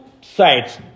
sides